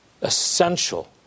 essential